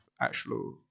actual